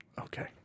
Okay